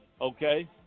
Okay